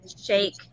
shake